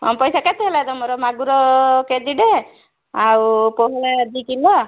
ହଁ ପଇସା କେତେ ହେଲା ତମର ମାଗୁର କେଜିଟେ ଆଉ ପୋହଳା ଦୁଇ କିଲୋ